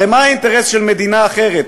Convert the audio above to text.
הרי מה האינטרס של מדינה אחרת,